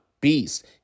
beast